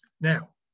Now